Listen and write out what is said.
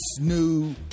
new